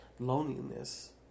loneliness